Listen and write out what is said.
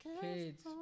kids